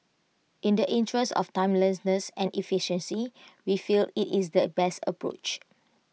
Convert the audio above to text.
in the interest of timeliness and efficiency we feel IT is the best approach